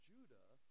Judah